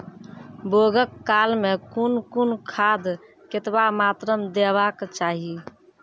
बौगक काल मे कून कून खाद केतबा मात्राम देबाक चाही?